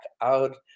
out